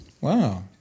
Wow